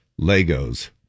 Legos